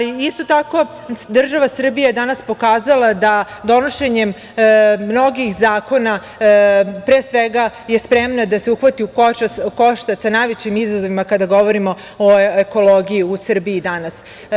Isto tako, država Srbija je danas pokazala da donošenjem mnogih zakona pre svega je spremna da se uhvati u koštac sa najvećim izazovima kada govorimo o ekologiji u Srbiji danas.